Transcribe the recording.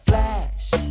Flash